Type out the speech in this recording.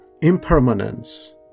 impermanence